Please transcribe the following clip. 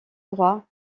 droit